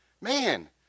Man